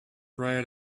right